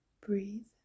Breathe